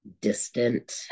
distant